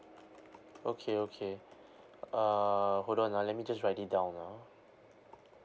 okay okay uh hold on ah let me just write it down ah